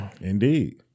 Indeed